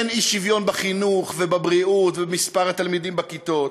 אין אי-שוויון בחינוך ובבריאות ובמספר התלמידים בכיתות.